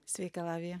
sveiki lavija